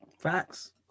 Facts